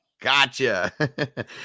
gotcha